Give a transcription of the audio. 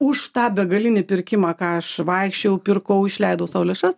už tą begalinį pirkimą ką aš vaikščiojau pirkau išleidau savo lėšas